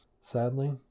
Sadly